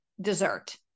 dessert